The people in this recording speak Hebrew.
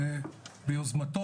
ביוזמתו,